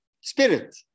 spirit